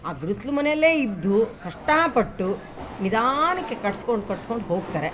ಆ ಗುಡಿಸ್ಲು ಮನೆಯಲ್ಲೇ ಇದ್ದು ಕಷ್ಟ ಪಟ್ಟು ನಿಧಾನಕ್ಕೆ ಕಟ್ಟಿಸ್ಕೊಂಡ್ ಕಟ್ಟಿಸ್ಕೊಂಡ್ ಹೋಗ್ತಾರೆ